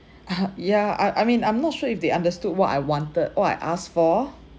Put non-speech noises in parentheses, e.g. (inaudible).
(laughs) ya I I mean I'm not sure if they understood what I wanted what I ask for